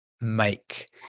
make